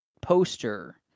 poster